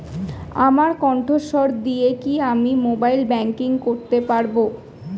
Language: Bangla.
আমার কন্ঠস্বর দিয়ে কি আমি মোবাইলে ব্যাংকিং করতে পারবো?